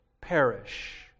perish